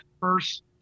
first